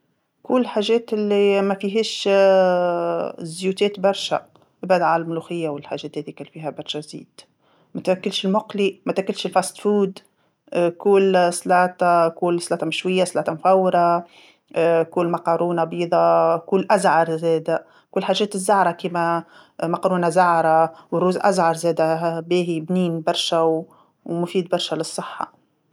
كول الحاجات اللي ما فيهاش الزيوتات برشا، تبعد عن الملوخية والحاجات هاديكا اللي فيها برشا زيت، ما تاكلش المقلي، ما تاكلش الأكل السريع، كول سلاطة كول سلاطة مشوية سلاطة مفورة، كول مقرونه بيضه، كول أزعر زاده، كول الحاجات الزعرا كيما مقرونة زعره، وروز أزعر زاده باهي بنين برشا و- ومفيد برشا للصحه.